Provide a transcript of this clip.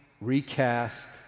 recast